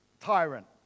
tyrant